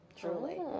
Truly